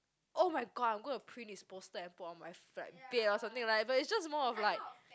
oh-my-god I'm gonna print his poster and put oh my like bed or something like that but it's just more of like